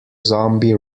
zombie